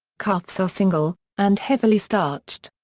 cuffs are single, and heavily starched.